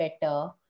better